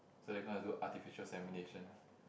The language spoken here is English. so they gonna do artificial semination